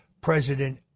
President